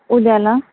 उद्याला